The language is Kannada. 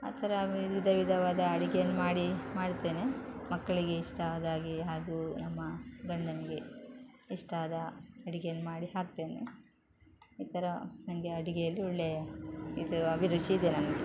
ಆ ಥರ ವಿಧ ವಿಧವಾದ ಅಡುಗೆಯನ್ನು ಮಾಡಿ ಮಾಡುತ್ತೇನೆ ಮಕ್ಕಳಿಗೆ ಇಷ್ಟ ಆದಾಗೆ ಹಾಗೂ ನಮ್ಮ ಗಂಡನಿಗೆ ಇಷ್ಟ ಆದ ಅಡುಗೆಯನ್ನು ಮಾಡಿ ಹಾಕ್ತೇನೆ ಈ ಥರ ನನಗೆ ಅಡುಗೆಯಲ್ಲಿ ಒಳ್ಳೆಯ ಇದು ಅಭಿರುಚಿ ಇದೆ ನನಗೆ